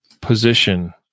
Position